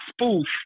spoof